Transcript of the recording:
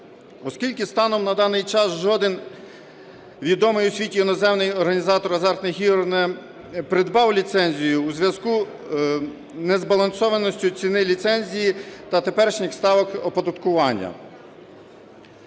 Оскільки станом на даний час жоден відомий у світі іноземний організатор азартних ігор не придбав ліцензію у зв'язку з незбалансованістю ціни ліцензії та теперішніх ставок оподаткування.